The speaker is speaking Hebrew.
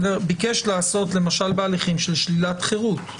ביקש לעשות, למשל בהליכים של שלילת חירות?